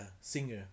singer